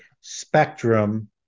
spectrum